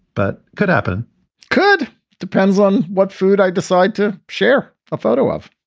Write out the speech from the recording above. but could happen could depends on what food i decide to share a photo of.